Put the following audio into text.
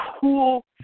cool